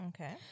Okay